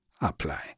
apply